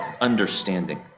understanding